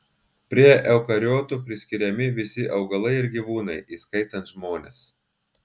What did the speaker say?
prie eukariotų priskiriami visi augalai ir gyvūnai įskaitant žmones